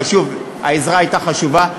אבל שוב, העזרה הייתה חשובה.